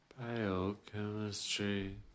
biochemistry